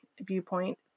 viewpoint